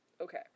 Okay